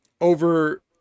over